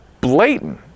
blatant